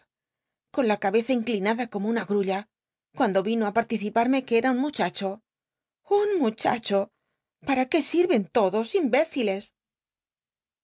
con la cabeza inclinada como una grulla cuando yino á parliciparme que era un muchacho un muchacho para qué sirven todos imbéciici